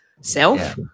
self